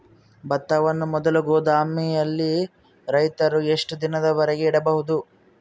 ಭತ್ತವನ್ನು ಮೊದಲು ಗೋದಾಮಿನಲ್ಲಿ ರೈತರು ಎಷ್ಟು ದಿನದವರೆಗೆ ಇಡಬಹುದು?